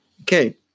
Okay